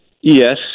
Yes